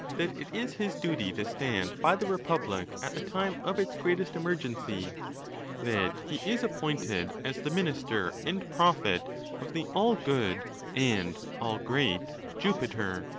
that it is his duty to stand by the republic at the time of its greatest emergency that he is appointed as the minister and prophet of the all-good and all-great jupiter,